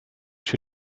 she